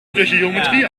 stöchiometrie